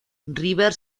river